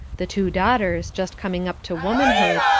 the two daughters, just coming up to womanhood,